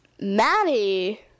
Maddie